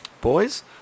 boys